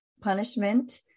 punishment